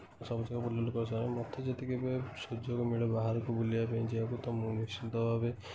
ସବୁ ଜାଗା ବୁଲାବୁଲି କରି ସାରିଲେଣି ମୋତେ ଯେତିକି ଏବେ ସୁଯୋଗ ମିଳେ ବାହାରକୁ ବୁଲିବା ପାଇଁ ଯିବାକୁ ତ ମୁଁ ନିଶ୍ଟିନ୍ତ ଭାବେ